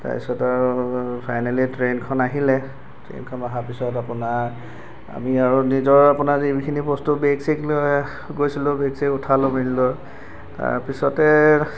তাৰপিছতে আৰু ফাইনেলি ট্ৰেইনখন আহিলে ট্ৰেইনখন অহাৰ পিছত আপোনাৰ আমি আৰু নিজৰ আপোনাৰ যিখিনি বস্তু বেগ চেগ লৈ গৈছিলো বেগ চেগ উঠালো মেলিলো তাৰপিছতে